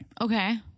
Okay